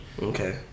Okay